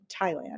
Thailand